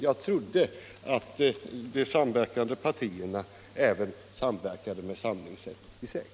Jag trodde att De samverkande partierna även samarbetade med Samling 66.